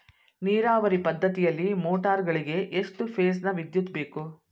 ನೀರಾವರಿ ಪದ್ಧತಿಯಲ್ಲಿ ಮೋಟಾರ್ ಗಳಿಗೆ ಎಷ್ಟು ಫೇಸ್ ನ ವಿದ್ಯುತ್ ಬೇಕು?